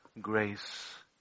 Grace